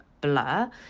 blur